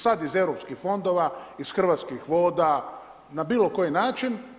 Sad iz europskih fondova, iz Hrvatskih voda, na bilo koji način.